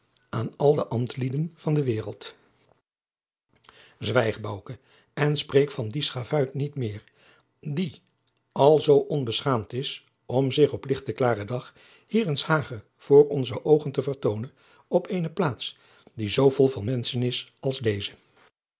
aan al de ambtlieden van de waereld zwijg bouke en spreek van dien schavuit niet meer die nog al zoo onbeschaamd is om zich op lichten klaren dag hier in s hage voor onze oogen te vertoonen op eene plaats die zoo vol van menschen is als deze